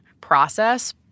process